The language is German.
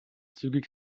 zügig